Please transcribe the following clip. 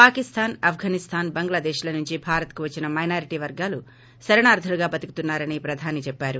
పాకిస్తాన్ ఆప్లనిస్తాన్ బంగ్లాదేశ్ల నుంచి భారత్కు వచ్చిన మైనారిటీ వర్గాలు శరణార్దులుగా బతుకుతున్నారని ప్రధాని చెప్పారు